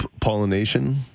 pollination